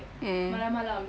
mm